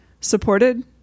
supported